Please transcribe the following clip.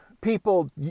people